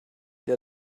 der